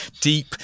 deep